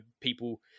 people